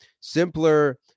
simpler